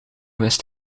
wist